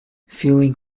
feeling